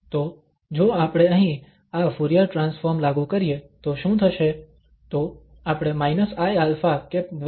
તો જો આપણે અહીં આ ફુરીયર ટ્રાન્સફોર્મ લાગુ કરીએ તો શું થશે